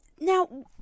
Now